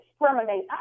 discriminate